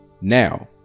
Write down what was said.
Now